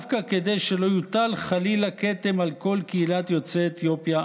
דווקא כדי שלא יוטל חלילה כתם על כל קהילת יוצאי אתיופיה,